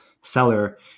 seller